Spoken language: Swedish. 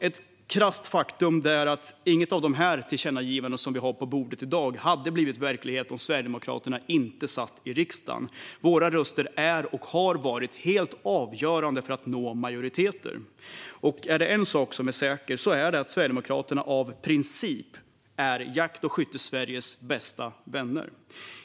Ett krasst faktum är att inget av de tillkännagivanden som i dag finns på bordet hade blivit verklighet om Sverigedemokraterna inte suttit i riksdagen. Våra röster är och har varit helt avgörande för att nå majoriteter. Är det en sak som är säker är det att Sverigedemokraterna av princip är Jakt och skyttesveriges bästa vänner.